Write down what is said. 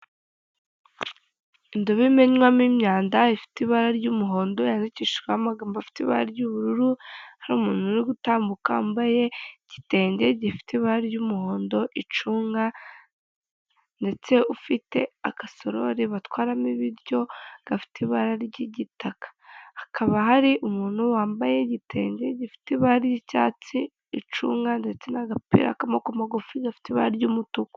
Indobo imenwamo imyanda ifite ibara ry'umuhondo yandikishijweho amagambo afite ibara ry'ubururu, hari umuntu uri gutambuka wambaye igitende gifite ibara ry'umuhondo, icunga ndetse ufite agasorori batwaramo ibiryo gafite ibara ry'igitaka, hakaba hari umuntu wambaye igitenge gifite ibara ry'icyatsi, icunga, ndetse n'agapira k'amaboko magufi gafite ibara ry'umutuku.